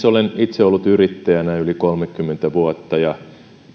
olen itse ollut yrittäjänä yli kolmekymmentä vuotta ja